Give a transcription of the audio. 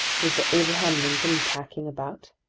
was the abraham lincoln tacking about?